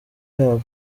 yabo